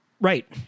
right